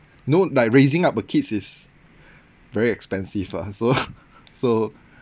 know like raising up a kid is very expensive lah so so